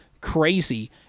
crazy